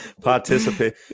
Participate